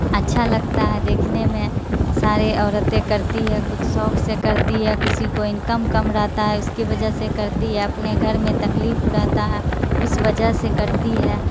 اچھا لگتا ہے دیکھنے میں سارے عورتیں کرتی ہے کچھ شوق سے کرتی ہے کسی کو انکم کم رہتا ہے اس کی وجہ سے کرتی ہے اپنے گھر میں تکلیف رہتا ہے اس وجہ سے کرتی ہے